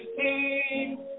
king